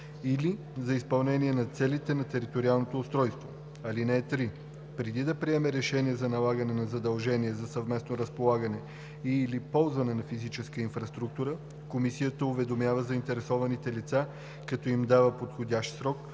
или за изпълнение на целите на териториалното устройство. (3) Преди да приеме решение за налагане на задължение за съвместно разполагане и/или ползване на физическа инфраструктура, Комисията уведомява заинтересованите лица, като им дава подходящ срок,